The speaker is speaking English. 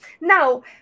Now